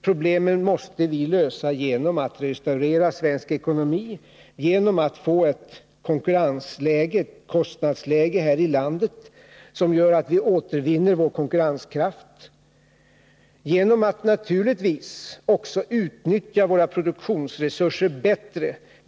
Problemen måste vi lösa genom att restaurera svensk ekonomi och genom att få ett kostnadsläge här i landet som gör att vi återvinner vår konkurrenskraft samt naturligtvis genom att utnyttja våra produktionsresurser bättre.